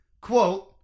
quote